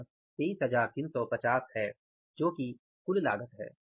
यह 23350 है यह कुल लागत है